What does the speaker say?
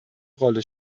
rolle